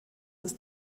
ist